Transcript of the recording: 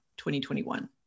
2021